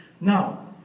Now